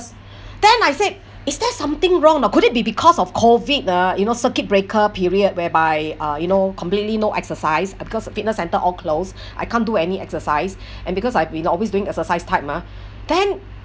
then I said is there something wrong oh could it be because of COVID ah you know circuit breaker period whereby uh you know completely no exercise uh because the fitness centre all close I can't do any exercise and because I've been always doing exercise type mah then